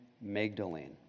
Magdalene